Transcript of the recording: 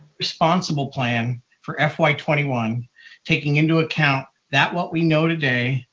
responsible plan for fy twenty one taking into account that what we know today,